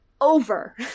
over